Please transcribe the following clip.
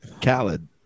Khaled